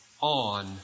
on